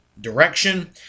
direction